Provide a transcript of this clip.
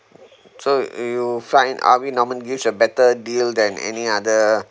so you find harvey norman use a better deal than any other